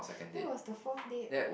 that was the fourth date